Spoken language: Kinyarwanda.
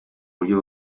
buryo